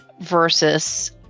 versus